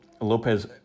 Lopez